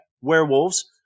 werewolves